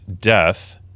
death